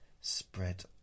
spread